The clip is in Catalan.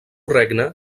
regne